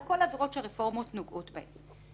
על כל העבירות שרפורמות נוגעות בהן.